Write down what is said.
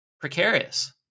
precarious